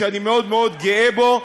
שאני מאוד מאוד גאה בו,